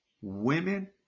women